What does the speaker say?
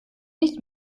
nicht